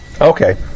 okay